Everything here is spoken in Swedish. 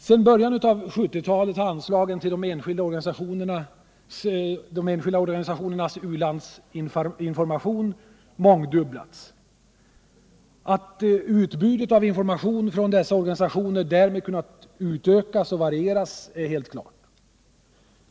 Sedan början av 1970-talet har anslagen till de enskilda organisationernas u-landsinformation mångdubblats. Att utbudet av information från dessa organisationer därmed kunnat utökas och varieras är helt klart.